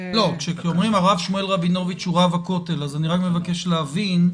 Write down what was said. כשאומרים שהרב שמואל רבינוביץ הוא רב הכותל אני מבקש להבין,